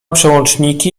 przełączniki